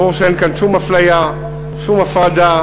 ברור שאין כאן שום אפליה, שום הפרדה,